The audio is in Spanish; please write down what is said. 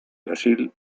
brasil